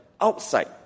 outside